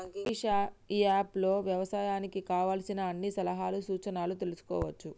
క్రిష్ ఇ app లో వ్యవసాయానికి కావలసిన అన్ని సలహాలు సూచనలు తెల్సుకోవచ్చు